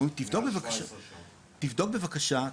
תבדוק בבקשה,